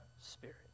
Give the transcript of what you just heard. Spirit